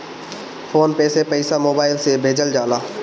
phone पे से पईसा mobile से भेजल जाला